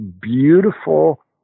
beautiful